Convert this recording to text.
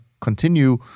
continue